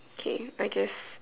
okay I guess